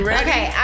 okay